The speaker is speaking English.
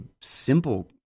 simple